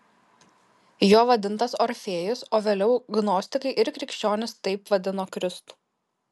juo vadintas orfėjus o vėliau gnostikai ir krikščionys taip vadino kristų